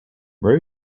where